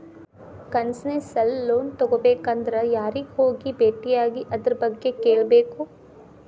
Concessional loan ತಗೊಬೇಕಂದ್ರ ಯಾರಿಗೆ ಹೋಗಿ ಬೆಟ್ಟಿಯಾಗಿ ಅದರ್ಬಗ್ಗೆ ಕೇಳ್ಬೇಕು?